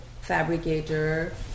fabricator